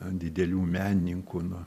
didelių menininkų na